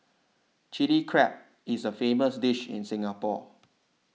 Chilli Crab is a famous dish in Singapore